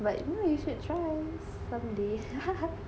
but you know you should try someday